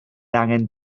angen